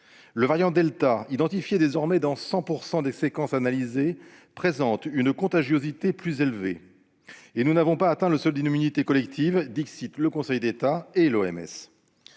Le variant delta, identifié désormais dans 100 % des séquences analysées, présente une contagiosité plus élevée. « Nous n'avons pas atteint le seuil d'immunité collective », selon le Conseil d'État et l'OMS.